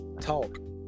talk